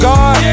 God